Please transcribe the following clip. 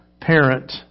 parent